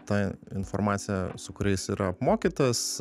ta informacija su kuria jis yra apmokytas